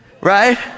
right